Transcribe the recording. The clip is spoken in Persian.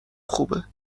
خوبه